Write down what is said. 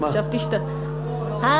חשבתי שאתה לא,